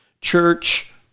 church